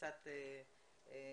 בואי ספרי לנו קצת על עצמך.